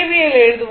L எழுதலாம்